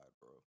bro